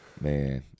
man